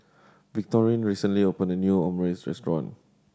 Victorine recently opened a new Omurice Restaurant